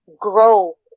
Grow